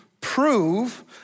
prove